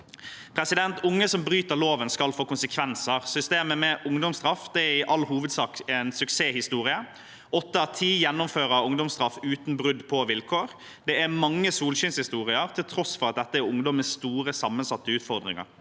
13-åring. Unge som bryter loven, skal oppleve konsekvenser. Systemet med ungdomsstraff er i all hovedsak en suksesshistorie. Åtte av ti gjennomfører ungdomsstraff uten brudd på vilkår. Det er mange solskinnshistorier til tross for at dette er ungdom med store, sammensatte utfordringer.